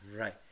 right